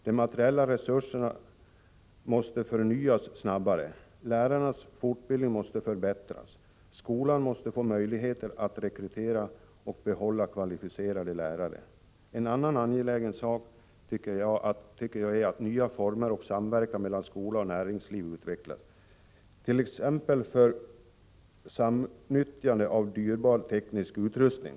De materiella resurserna måste förnyas snabbare. Lärarnas fortbildning måste förbättras. Skolan måste få möjligheter att rekrytera och behålla kvalificerade lärare. En annan angelägen sak tycker jag är att nya former för samverkan mellan skola och näringsliv utvecklas, t.ex. samnyttjande av dyrbar teknisk utrustning.